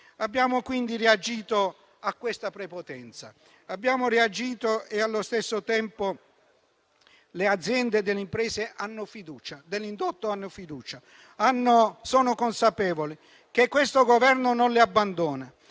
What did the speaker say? Abbiamo quindi reagito a questa prepotenza e allo stesso tempo le aziende e le imprese dell'indotto hanno fiducia, sono consapevoli che questo Governo non le abbandona,